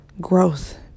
growth